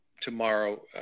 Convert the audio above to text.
tomorrow